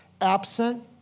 absent